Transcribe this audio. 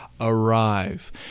arrive